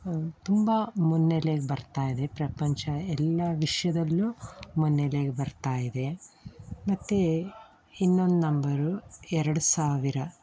ತುಂಬ ಮುನ್ನೆಲೆಗೆ ಬರ್ತಾ ಇದೆ ಪ್ರಪಂಚ ಎಲ್ಲ ವಿಷಯದಲ್ಲೂ ಮುನ್ನೆಲೆಗೆ ಬರ್ತಾ ಇದೆ ಮತ್ತು ಇನ್ನೊಂದು ನಂಬರು ಎರಡು ಸಾವಿರ